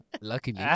Luckily